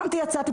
קמתי יצאתי,